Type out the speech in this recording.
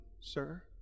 sir